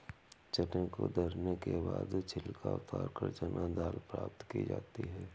चने को दरने के बाद छिलका उतारकर चना दाल प्राप्त की जाती है